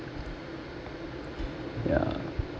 yeah